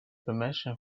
permission